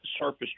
surface